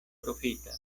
profitas